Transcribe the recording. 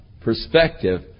perspective